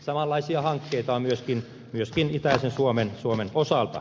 samanlaisia hankkeita on myöskin itäisen suomen osalta